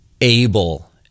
able